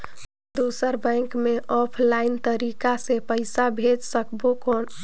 दुसर बैंक मे ऑफलाइन तरीका से पइसा भेज सकबो कौन?